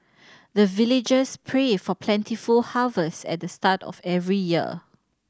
the villagers pray for plentiful harvest at the start of every year